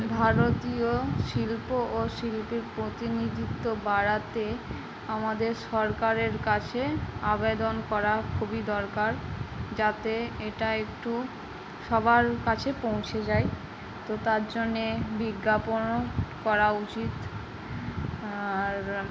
ভারতীয় শিল্প ও শিল্পীর প্রতিনিধিত্ব বাড়াতে আমাদের সরকারের কাছে আবেদন করা খুবই দরকার যাতে এটা একটু সবার কাছে পৌঁছে যায় তো তার জন্য বিজ্ঞাপনও করা উচিত আর